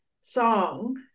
song